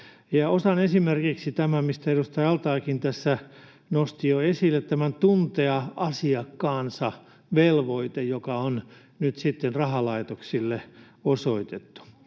Otan esimerkiksi tämän, minkä edustaja al-Taeekin tässä nosti jo esille, ”tuntea asiakkaansa” -velvoitteen, joka on nyt sitten rahalaitoksille osoitettu.